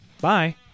Bye